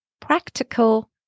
practical